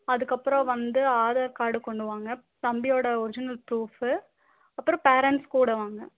அதுக்கப்புறம் வந்து ஆதார் கார்டு கொண்டு வாங்க தம்பியோட ஒரிஜினல் ப்ரூஃப்பு அப்புறம் பேரண்ட்ஸ் கூட வாங்க